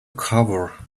cover